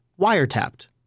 wiretapped